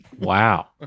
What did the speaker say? Wow